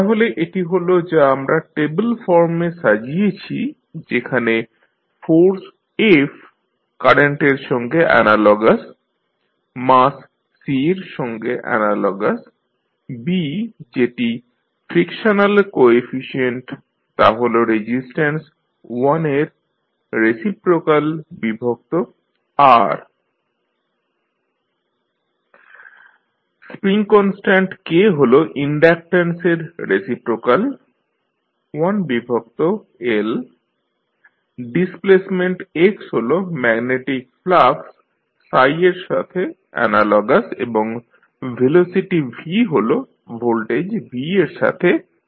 তাহলে এটি হল যা আমরা টেবল ফর্মে সাজিয়েছি যেখানে ফোর্স F কারেন্টের সঙ্গে অ্যানালগাস মাস C র সঙ্গে অ্যানালগাস B যেটি ফ্রিকশনাল কোএফিশিয়েন্ট তা' হল রেজিস্ট্যান্স 1 এর রেসিপ্রোকাল বিভক্ত R স্প্রিং কনস্ট্যান্ট K হল ইনডাকট্যান্সের রেসিপ্রোকাল 1 বিভক্ত L ডিসপ্লেসমেন্ট x হল ম্যাগনেটিক ফ্লাক্স এর সাথে অ্যানালগাস এবং ভেলোসিটি v হল ভোল্টেজ V র সাথে অ্যানালগাস